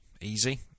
easy